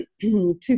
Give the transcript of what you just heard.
two